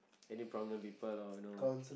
any problem with the people or you know